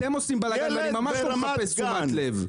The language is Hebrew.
אתם עושים בלגן ואני ממש לא מחפש תשומת לב.